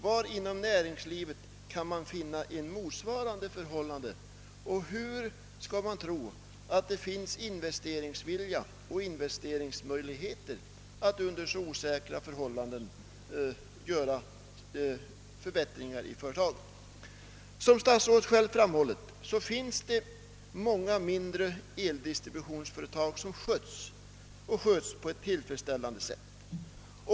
Var inom näringslivet kan man träffa på ett motsvarande förhållande och hur skall man tro att det finns investeringsvilja och investeringsmöjligheter att under så osäkra förhållanden göra förbättringar i företaget? Som statsrådet själv framhållit finns många mindre = eldistributionsföretag som skötts och sköts på ett tillfredsställande sätt.